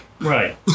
Right